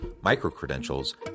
micro-credentials